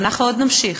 ואנחנו עוד נמשיך,